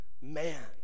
man